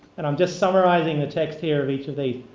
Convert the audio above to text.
and i'm just summarizing the text here of each of these.